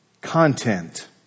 content